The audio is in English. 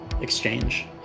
exchange